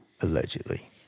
Allegedly